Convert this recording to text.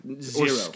Zero